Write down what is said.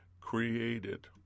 created